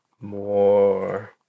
More